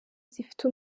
zifite